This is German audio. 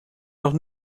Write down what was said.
noch